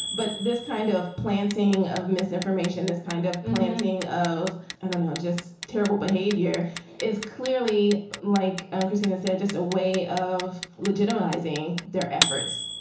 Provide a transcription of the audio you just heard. but this kind of planting of misinformation, this kind of planting of an unknown, just terrible behavior is clearly, like um christina said, just a way of legitimizing their efforts.